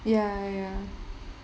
ya ya ya